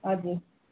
हजुर